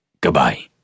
goodbye